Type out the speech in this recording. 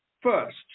First